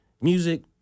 music